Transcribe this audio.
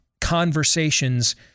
conversations